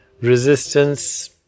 Resistance